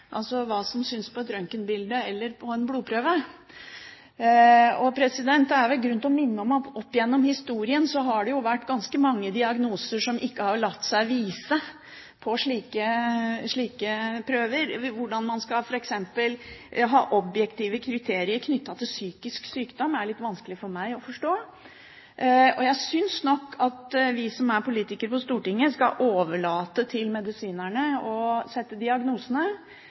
altså hva som synes på et røntgenbilde eller på en blodprøve. Det er vel grunn til å minne om at opp gjennom historien har det vært ganske mange diagnoser som ikke har latt seg vise på slike prøver. Hvordan man f.eks. skal ha objektive kriterier knyttet til psykisk sykdom, er litt vanskelig for meg å forstå. Jeg synes nok at vi som er politikere på Stortinget, skal overlate til medisinerne å sette diagnosene.